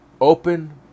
open